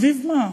סביב מה?